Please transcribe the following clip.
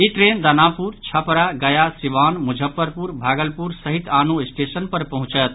ई train Danapur Chhapra Gaya Siwan Muzaffarpur Bhagalpur सहित आनो station पर पहुंचत